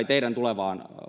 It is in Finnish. teidän tulevaan